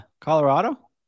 Colorado